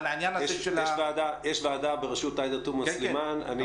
יש ועדה בראשות עאידה תומא סולימאן.